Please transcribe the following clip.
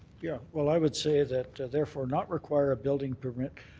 yeah. well, i would say that ah therefore not require a building permit,